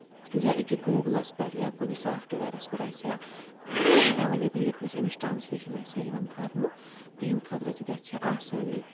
یا أکیاہ گوٗگلَس پٮ۪ٹھ یا کُنہِ سوفٹویرَس پٮ۪ٹھ آسہِ ہا ایویلیبٔل ییٚتہِ نیس أمِس ٹرانَسلیشن آسہِ ہا یِوان کرنہٕ تِہِندۍ خٲطرٕ تہِ گژھِ ہا آسٲنۍ